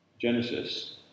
Genesis